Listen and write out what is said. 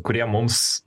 kurie mums